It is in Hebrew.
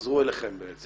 חזרו אליכם בעצם?